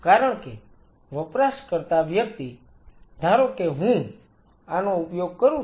કારણ કે વપરાશકર્તા વ્યક્તિ ધારો કે હું આનો ઉપયોગ કરું છું